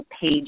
page